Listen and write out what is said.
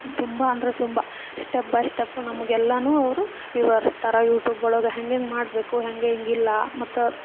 ತುಂಬ ಅಂದ್ರೆ ತುಂಬ ಸ್ಟೆಪ್ ಬೈ ಸ್ಟೆಪ್ ನಮಗೆಲ್ಲವೂ ಅವರು ವಿವರಿಸ್ತಾರೆ ಯೂಟೂಬ್ ಒಳಗೆ ಹೆಂಗೆಂಗೆ ಮಾಡಬೇಕು ಹೆಂಗೆಂಗೆ ಇಲ್ಲ ಮತ್ತೆ